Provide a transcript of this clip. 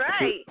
right